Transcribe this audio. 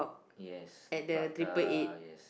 yes the prata yes